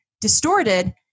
distorted